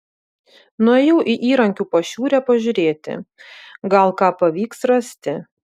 nuėjau į įrankių pašiūrę pažiūrėti gal ką pavyks rasti